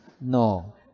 No